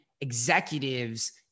executives